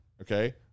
okay